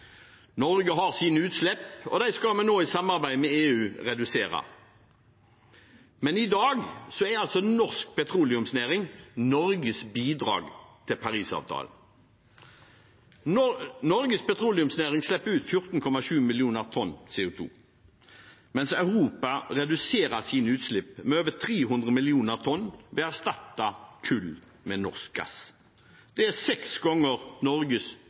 Norge har sine utslipp, og dem skal vi nå, i samarbeid med EU, redusere. Men i dag er norsk petroleumsnæring Norges bidrag til Parisavtalen. Norges petroleumsnæring slipper ut 14,7 mill. tonn CO2, mens Europa reduserer sine utslipp med over 300 mill. tonn ved å erstatte kull med norsk gass. Det er seks ganger Norges